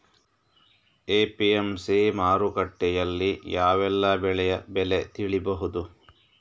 APMC ಮಾರುಕಟ್ಟೆಯಲ್ಲಿ ಯಾವೆಲ್ಲಾ ಬೆಳೆಯ ಬೆಲೆ ತಿಳಿಬಹುದು?